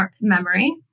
memory